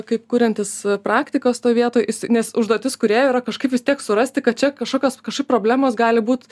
kaip kuriantis praktikas toj vietoj jisai nes užduotis kūrėjų yra kažkaip vis tiek surasti kad čia kažkokios kažkaip problemos gali būt